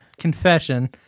Confession